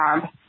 job